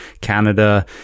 Canada